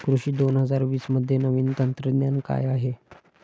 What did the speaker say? कृषी दोन हजार वीसमध्ये नवीन तंत्रज्ञान काय आहे?